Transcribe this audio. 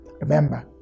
Remember